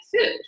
food